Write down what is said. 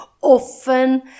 often